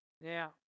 Now